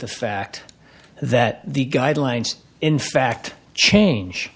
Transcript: the fact that the guidelines in fact change